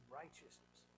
righteousness